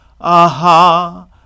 Aha